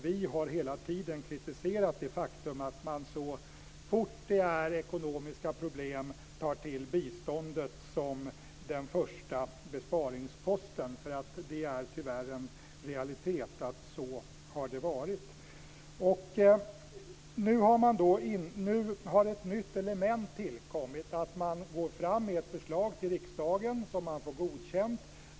Vi har hela tiden kritiserat det faktum att man så fort det är ekonomiska problem tar till biståndet som den första besparingsposten. Det är tyvärr en realitet, så har det varit. Nu har ett nytt element tillkommit, dvs. att lägga fram förslag till riksdagen som godkänns.